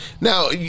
Now